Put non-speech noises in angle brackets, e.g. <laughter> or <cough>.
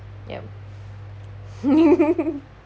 yup <laughs>